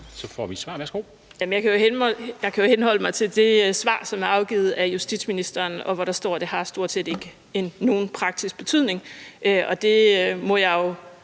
Dehnhardt (SF): Jeg kan henholde mig til det svar, som er afgivet af justitsministeren, hvor der står, at det stort set ikke har nogen praktisk betydning, og det må jo